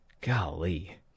Golly